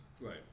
Right